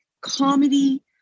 comedy